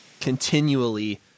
continually